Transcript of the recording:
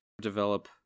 develop